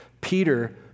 Peter